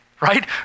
right